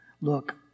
Look